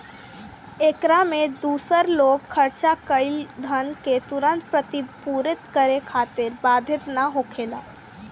एकरा में दूसर लोग खर्चा कईल धन के तुरंत प्रतिपूर्ति करे खातिर बाधित ना होखेला